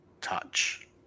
touch